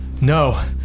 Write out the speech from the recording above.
No